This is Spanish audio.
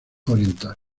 oriental